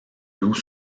loue